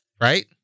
right